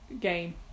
game